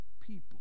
people